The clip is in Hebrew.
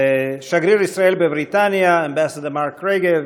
שגריר ישראל בבריטניה, Ambassador Mark Regev,